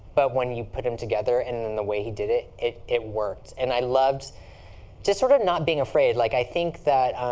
but when you put them together, and in the way he did it, it it worked. and i loved just sort of not being afraid. like i think that